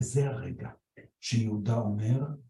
‫זה הרגע שיהודה אומר